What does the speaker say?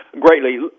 greatly